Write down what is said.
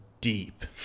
deep